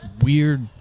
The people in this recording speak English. weird